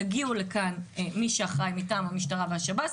יגיעו לכאן מי שאחראי מטעם המשטרה והשב"ס,